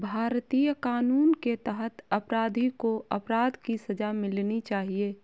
भारतीय कानून के तहत अपराधी को अपराध की सजा मिलनी चाहिए